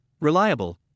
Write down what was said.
reliable